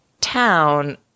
town